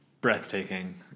Breathtaking